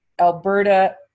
Alberta